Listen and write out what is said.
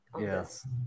yes